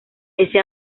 ese